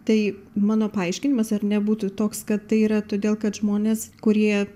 tai mano paaiškinimas ar ne būtų toks kad tai yra todėl kad žmonės kurie